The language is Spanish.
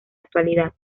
actualidad